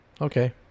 Okay